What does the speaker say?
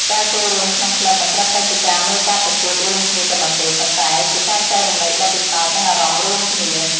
ការចូលរួមក្នុងក្លឹបមិនត្រឹមតែជាការមើលការប្រកួតរួមគ្នាប៉ុណ្ណោះទេប៉ុន្តែជាការចែករំលែកបទពិសោធន៍ និងអារម្មណ៍រួមគ្នា។